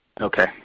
Okay